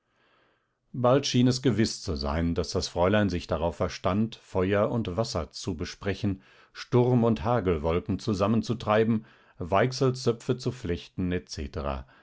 bald schien es gewiß zu sein daß das fräulein sich darauf verstand feuer und wasser zu besprechen sturm und hagelwolken zusammenzutreiben weichselzöpfe zu flechten